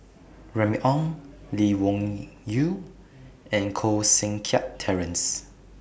Remy Ong Lee Wung Yew and Koh Seng Kiat Terence